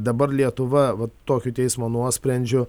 dabar lietuva vat tokiu teismo nuosprendžiu